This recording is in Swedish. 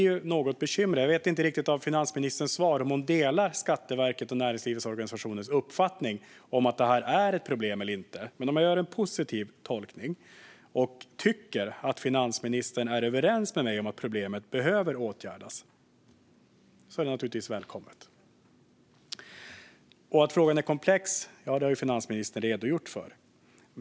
Jag vet inte riktigt av finansministerns svar om hon delar Skatteverkets och näringslivets organisationers uppfattning att det här är ett problem eller inte, men jag gör en positiv tolkning och tänker att finansministern är överens med mig om att problemet behöver åtgärdas. Det är naturligtvis välkommet. Att frågan är komplex har finansministern redogjort för.